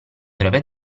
breve